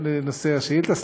לנושא השאילתה.